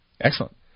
Excellent